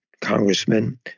congressman